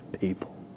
people